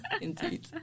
Indeed